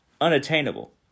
unattainable